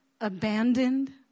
abandoned